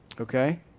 okay